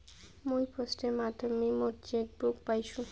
মুই পোস্টের মাধ্যমে মোর চেক বই পাইসু